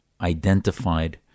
identified